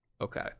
Okay